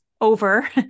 over